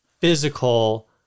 physical